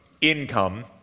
income